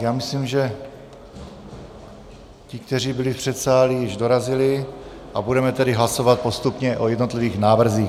Já myslím, že ti, kteří byli v předsálí, již dorazili, a budeme tedy hlasovat postupně o jednotlivých návrzích.